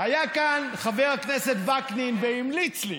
היה כאן חבר הכנסת וקנין והמליץ לי,